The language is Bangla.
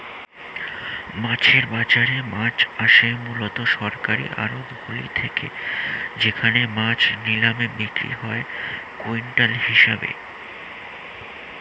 মাছের বাজারে মাছ আসে মূলত সরকারি আড়তগুলি থেকে যেখানে মাছ নিলামে বিক্রি হয় কুইন্টাল হিসেবে